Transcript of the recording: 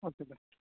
okay bye